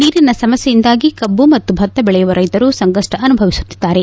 ನೀರಿನ ಸಮಸ್ಥೆಯಿಂದಾಗಿ ಕಬ್ಬು ಮತ್ತು ಭತ್ತ ಬೆಳೆಯುವ ರೈತರು ಸಂಕಪ್ಪ ಅನುಭವಿಸುತ್ತಿದ್ದಾರೆ